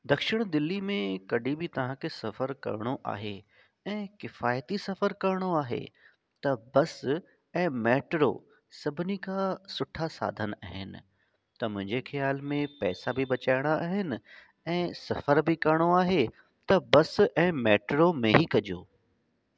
दक्षिण दिल्ली में कॾहिं बि तव्हां खे सफर करिणो आहे ऐं किफ़ाइती सफर करिणो आहे त बस ऐं मैट्रो सभिनी खां सुठा साधन आहिनि त मुंहिंजे ख़्याल में पैसा बि बचाइणा आहिनि ऐं सफर बि करिणो आहे त बस ऐं मैट्रो में ई कजो